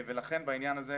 ולכן בעניין הזה,